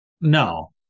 No